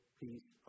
piece